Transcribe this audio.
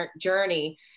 journey